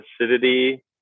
acidity